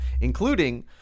including